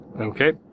Okay